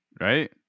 right